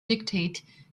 dictate